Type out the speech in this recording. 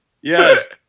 Yes